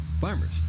farmers